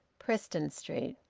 preston street.